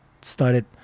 started